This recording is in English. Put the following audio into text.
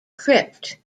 crypt